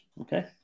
okay